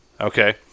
Okay